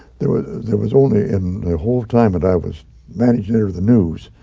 there was there was only and the whole time that i was manager of the news,